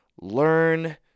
learn